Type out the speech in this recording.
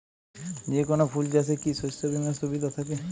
যেকোন ফুল চাষে কি শস্য বিমার সুবিধা থাকে?